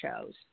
shows